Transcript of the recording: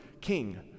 king